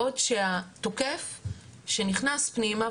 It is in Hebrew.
בעוד שהתוקף שנכנס פנימה,